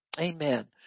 Amen